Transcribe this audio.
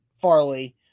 Farley –